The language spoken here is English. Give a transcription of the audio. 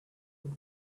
with